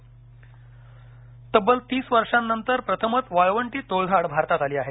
टोळधाड तब्बल तीस वर्षानंतर प्रथमच वाळवंटी टोळधाड भारतात आली आहे